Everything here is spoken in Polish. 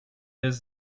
jest